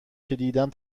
دیدم